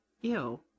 Ew